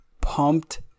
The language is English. pumped